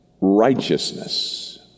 righteousness